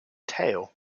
tail